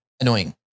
Annoying